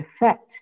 effect